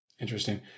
Interesting